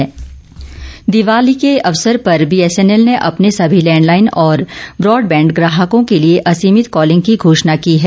BSNL Deepavali के अवसर पर बीएसएनएल ने अपने सभी लैंड लाइन और ब्रॉड बैंड ग्राहकों के लिए असीमित कॉलिंग की घोषणा की है